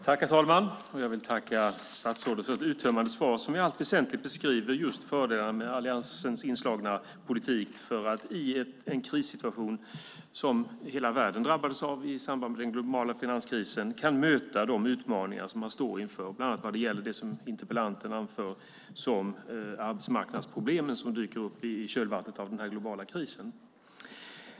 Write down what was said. Herr talman! Jag tackar statsrådet för ett uttömmande svar som i allt väsentligt beskriver fördelarna med alliansens politik för att i den krissituation som hela världen drabbades av i samband med den globala finanskrisen möta de utmaningar vi står inför, bland annat när det gäller det som interpellanten anför som arbetsmarknadsproblem men som dyker upp i kölvattnet av den globala krisen.